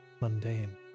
mundane